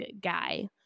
guy